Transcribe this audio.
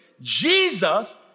Jesus